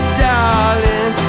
darling